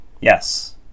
Yes